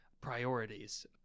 priorities